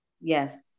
Yes